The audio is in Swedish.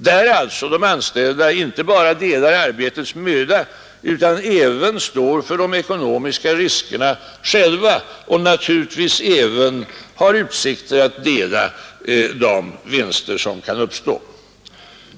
Där delar de anställda inte bara arbetets möda utan står även för de ekonomiska riskerna. Naturligtvis har de även utsikter att dela de vinster som kan uppstå.